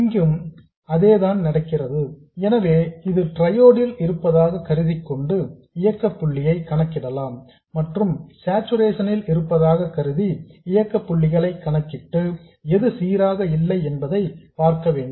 இங்கும் அதே தான் நடக்கிறது எனவே இது ட்ரையோடில் இருப்பதாக கருதிக்கொண்டு இயக்கப்புள்ளியை கணக்கிடலாம் மற்றும் சார்ச்சுரேசனில் இருப்பதாக கருதி இயக்க புள்ளிகளை கணக்கிட்டு எது சீராக இல்லை என்பதை பார்க்க வேண்டும்